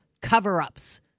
cover-ups